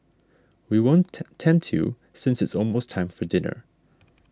we won't tempt you since it's almost time for dinner